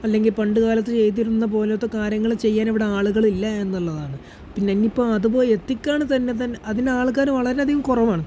അല്ലെങ്കിൽ പണ്ടുകാലത്ത് ചെയ്തിരുന്ന പോലത്തെ കാര്യങ്ങൾ ചെയ്യാൻ ഇവിടെ ആളുകളില്ല എന്നുള്ളതാണ് പിന്നെ എനിയിപ്പോൾ അതുപോയി എത്തിക്കുകയാണ് തന്നെത്തന്നെ അതിന് ആൾക്കാർ വളരെയധികം കുറവാണ്